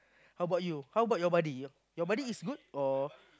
how about you how about your buddy your buddy is good or